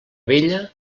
vella